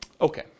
Okay